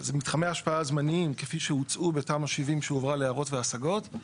אז מתחמי השפעה זמניים כפי שהוצעו בתמ"א 70 שהועברה להערות והשגות,